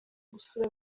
gusura